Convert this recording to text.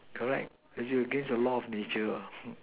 correct cause you are against the law of nature what